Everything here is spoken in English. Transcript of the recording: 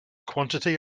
quantity